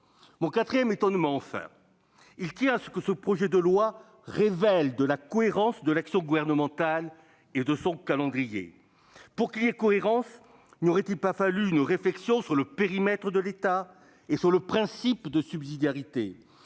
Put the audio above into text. Mon quatrième motif d'étonnement, enfin, tient à ce que ce projet de loi révèle de la cohérence de l'action gouvernementale et de son calendrier. Pour que cohérence il y ait, n'aurait-il pas fallu mener une réflexion sur le périmètre de l'État et sur l'application du principe de subsidiarité ?